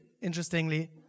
interestingly